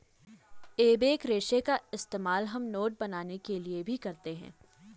एबेक रेशे का इस्तेमाल हम नोट बनाने के लिए भी करते हैं